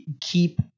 keep